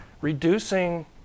Reducing